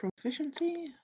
proficiency